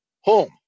home